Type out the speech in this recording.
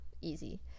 easy